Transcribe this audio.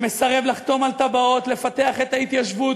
שמסרב לחתום על תב"עות לפתח את ההתיישבות,